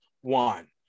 One